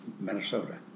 Minnesota